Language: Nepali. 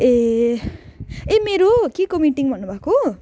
ए ए मेरो केको मिटिङ भन्नुभएको